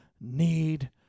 need